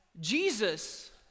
Jesus